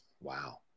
Wow